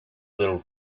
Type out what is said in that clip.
little